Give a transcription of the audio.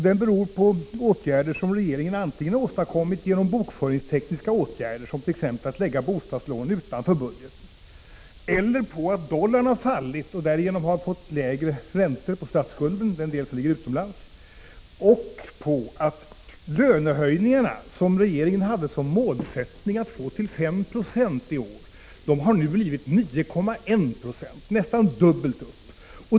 Den beror antingen på bokföringstekniska åtgärder, t.ex. att lägga bostadslånen utanför budgeten, eller på att dollarn har fallit och vi därigenom fått lägre räntor på den del av statsskulden som ligger utomlands. En tredje orsak är att lönehöjningarna, som regeringen hade som målsättning att få till 5 20 i år, har blivit 9,1 26, dvs. nästan dubbelt upp.